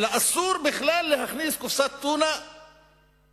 אלא אסור בכלל להכניס קופסת טונה סגורה.